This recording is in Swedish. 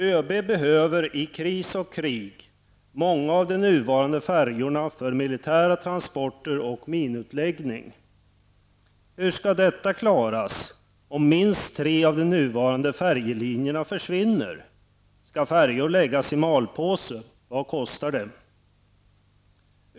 ÖB behöver i kris och krig många av de nuvarande färjorna för militära transporter och minutläggning. Hur skall detta klaras om minst tre av de nuvarande färjelinjerna försvinner? Skall färjor läggas i malpåse? Vad kostar det?